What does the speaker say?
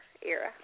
era